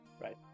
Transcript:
Right